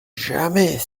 jamais